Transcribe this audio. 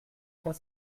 trois